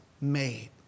made